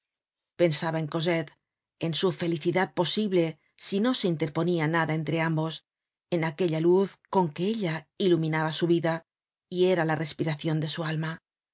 pensaba en cosette en su felicidad posible si no se interponia nada entre ambos en aquella luz con que ella iluminaba su vida y era la respiracion de su alma